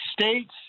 states